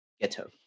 Ghetto